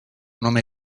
nome